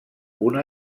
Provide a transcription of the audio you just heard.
una